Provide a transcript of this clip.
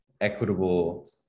equitable